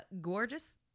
gorgeous